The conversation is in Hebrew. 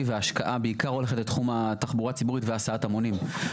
וההשקעה בעיקר הולכת לתחום התחבורה הציבורית והסעת המונים,